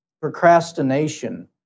procrastination